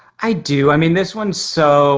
i do, i mean this one's so